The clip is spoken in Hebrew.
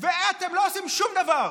ואתם לא עושים שום דבר.